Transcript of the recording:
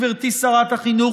גברתי שרת החינוך,